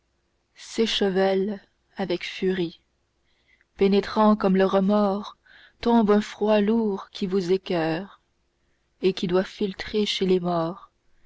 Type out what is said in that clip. s'échevèlent avec furie pénétrant comme le remords tombe un froid lourd qui vous écoeure et qui doit filtrer chez les morts